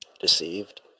Deceived